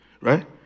Right